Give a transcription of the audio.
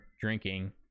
drinking